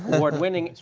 award-winning,